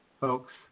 folks